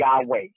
Yahweh